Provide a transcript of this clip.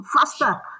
faster